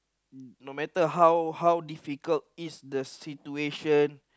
no matter how how difficult is the situation